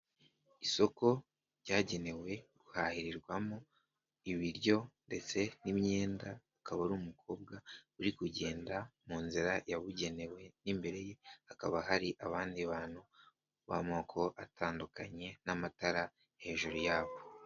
Isoko ryagenewe guhahirirwamo ibiryo ndetse n'imyenda, akaba ari umukobwa uri kugenda mu nzira yabugenewe n'imbere ye hakaba hari abandi bantu b'amoko atandukanye n'amatara hejuru yabo.